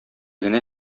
генә